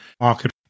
market